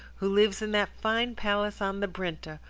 who lives in that fine palace on the brenta,